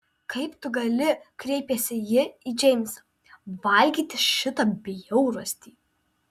kaip tu gali kreipėsi ji į džeimsą valgyti šitą bjaurastį